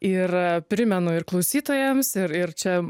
ir primenu ir klausytojams ir ir čia